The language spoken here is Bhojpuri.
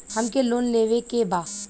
हमके लोन लेवे के बा?